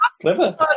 clever